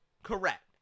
Correct